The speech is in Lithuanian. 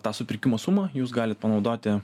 tą supirkimo sumą jūs galit panaudoti